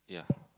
yeah